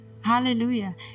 Hallelujah